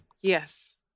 yes